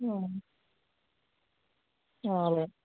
అలాగే